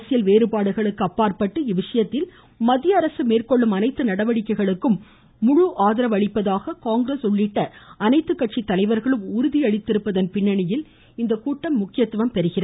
அரசியல் வேறுபாடுகளுக்கு அப்பாற்பட்டு இவ்விசயத்தில் மத்திய அரசு மேற்கொள்ளும் அனைத்து நடவடிக்கைகளுக்கும் முழு ஆதரவு அளிப்பதாக காங்கிரஸ் உள்ளிட்ட அனைத்துக் கட்சித் தலைவர்களும் உறுதியளித்திருப்பதன் பின்னணியில் இந்த கூட்டம் முக்கியத்துவம் பெறுகிறது